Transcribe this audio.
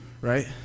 right